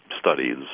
studies